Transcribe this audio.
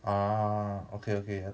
ah okay okay